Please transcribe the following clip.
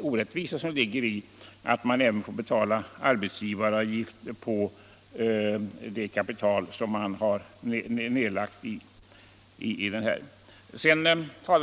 orättvisa som ligger i att egenföretagare får betala arbetsgivaravgifter på i företaget nedlagt kapital.